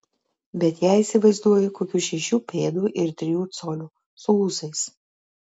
bet ją įsivaizduoju kokių šešių pėdų ir trijų colių su ūsais